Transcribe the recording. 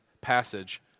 passage